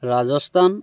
Rajasthan